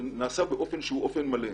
זה נעשה באופן מלא.